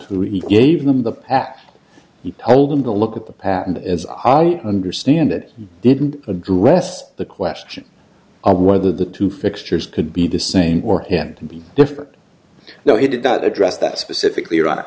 who he gave them the act he told them to look at the patent as i understand it didn't address the question of whether the two fixtures could be the same or him to be different though he did not address that specifically